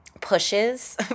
pushes